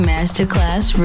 Masterclass